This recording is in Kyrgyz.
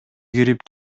кирип